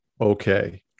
Okay